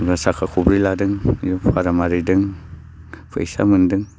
सोरबा साखा खबब्रै लादों भारा मारिदों फैसा मोन्दों